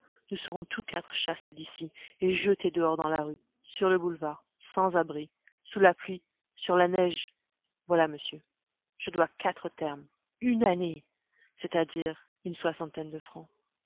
nous serons tous quatre chassés d'ici et jetés dehors dans la rue sur le boulevard sans abri sous la pluie sur la neige voilà monsieur je dois quatre termes une année c'est-à-dire une soixantaine de francs